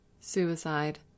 suicide